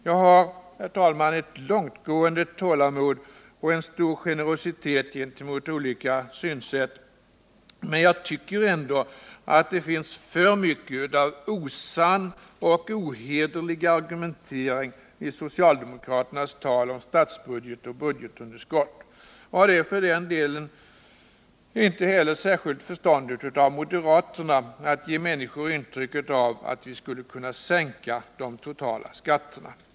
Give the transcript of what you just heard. Jag har, herr talman, ett långtgående tålamod och en stor generositet gentemot olika synsätt, men jag tycker ändå att det finns för mycket av osann och ohederlig argumentering i socialdemokrater nas tal om statsbudget och budgetunderskott. Och det är för den delen inte särskilt förståndigt av moderaterna att ge människor intryck av att vi skulle kunna sänka de totala skatterna.